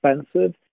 expensive